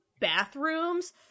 bathrooms